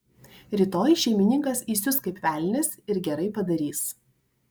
rytoj šeimininkas įsius kaip velnias ir gerai padarys